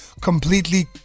completely